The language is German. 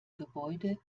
gebäude